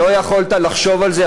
לא יכולת לחשוב על זה?